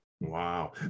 Wow